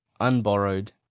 unborrowed